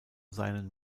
seinen